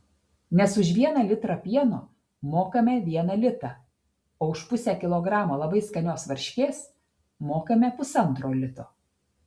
nes už vieną litrą pieno mokame vieną litą o už pusę kilogramo labai skanios varškės mokame pusantro lito